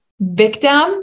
victim